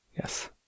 Yes